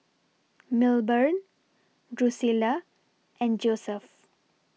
Milburn Drusilla and Josef